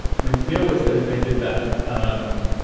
my fear was that if i did that um